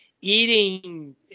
eating